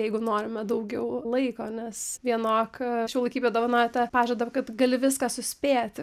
jeigu norime daugiau laiko nes vienok šiuolaikybė dovanoja tą pažadą kad gali viską suspėti